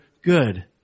good